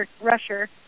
rusher